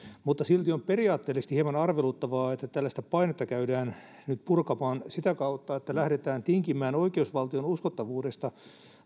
mutta silti on periaatteellisesti hieman arveluttavaa että tällaista painetta käydään nyt purkamaan sitä kautta että lähdetään tinkimään oikeusvaltion uskottavuudesta